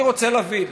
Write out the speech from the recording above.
אני רוצה להבין,